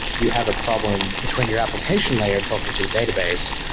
you have a problem between your application layer talking to the database.